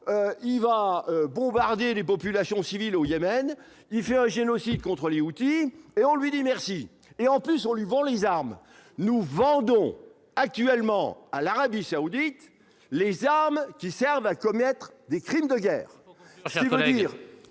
il vont bombarder les populations civiles au Yémen, il fut un génocide contre et on lui dit merci et en plus on le vend les armes nous vendons actuellement à l'Arabie Saoudite, les armes qui Servent à commettre des crimes de guerre,